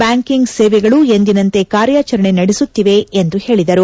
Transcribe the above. banking ಸೇವೆಗಳು ಎಂದಿನಂತೆ ಕಾರ್ಯಾಚರಣೆ ನಡೆಸುತ್ತಿವೆ ಎಂದು ಹೇಳಿದರು